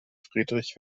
friedrich